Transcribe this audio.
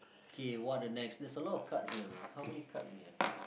K what the next there's a lot of card here man how many card do you have